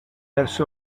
verso